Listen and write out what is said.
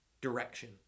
direction